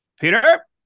Peter